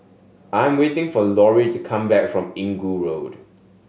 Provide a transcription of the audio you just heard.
I am waiting for Lauri to come back from Inggu Road